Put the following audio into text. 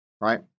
right